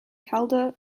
calder